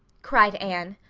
cried anne.